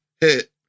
hit